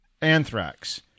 Anthrax